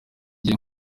jye